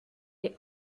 les